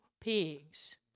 pigs